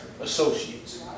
associates